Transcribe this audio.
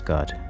God